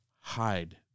hide